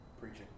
Preaching